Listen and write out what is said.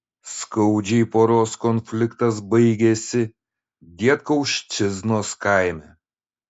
skaudžiai poros konfliktas baigėsi dietkauščiznos kaime